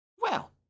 Well